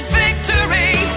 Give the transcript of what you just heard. victory